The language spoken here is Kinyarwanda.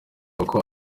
uko